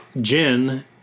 Jin